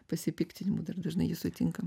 pasipiktinimų dar dažnai jį sutinkam